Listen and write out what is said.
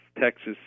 Texas